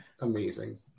amazing